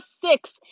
six